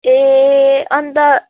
ए अन्त